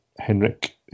Henrik